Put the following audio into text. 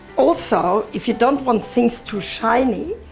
also if you don't want things to shiny,